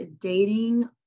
dating